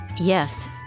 Yes